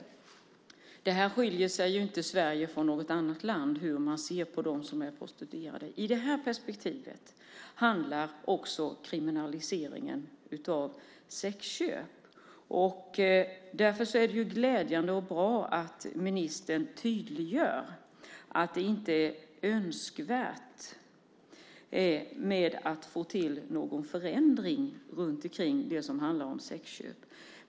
Sverige skiljer sig inte från något annat land i synen på de prostituerade. Detta handlar också om kriminaliseringen av sexköp. Därför är det glädjande och bra att ministern tydliggör att det inte är önskvärt att få någon förändring när det handlar sexköp.